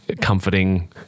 comforting